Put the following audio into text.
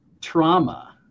trauma